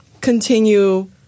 continue